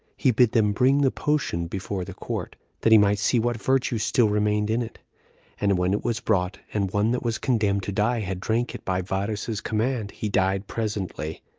he bid them bring the potion before the court, that he might see what virtue still remained in it and when it was brought, and one that was condemned to die had drank it by varus's command, he died presently.